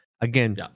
Again